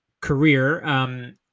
career